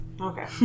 Okay